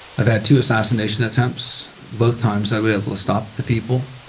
i've had two assassination attempts. both times i was able to stop the people.